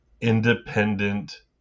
independent